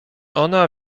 ona